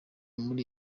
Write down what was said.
muri